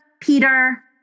Peter